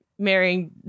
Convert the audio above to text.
Marrying